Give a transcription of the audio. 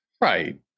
Right